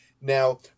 Now